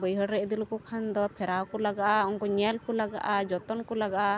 ᱵᱟᱹᱭᱦᱟᱹᱲ ᱨᱮ ᱤᱫᱤ ᱞᱮᱠᱚ ᱠᱷᱟᱱ ᱫᱚ ᱯᱷᱮᱨᱟᱣ ᱠᱚ ᱞᱟᱜᱟᱜᱼᱟ ᱩᱱᱠᱩ ᱧᱮᱞ ᱠᱚ ᱞᱟᱜᱟᱜᱼᱟ ᱡᱚᱛᱚᱱ ᱠᱚ ᱞᱟᱜᱟᱜᱼᱟ